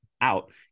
out